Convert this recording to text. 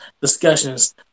discussions